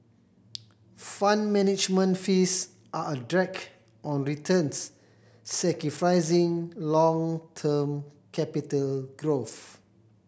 Fund Management fees are a drag on returns sacrificing long term capital growth